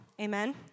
Amen